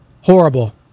horrible